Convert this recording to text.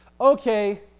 Okay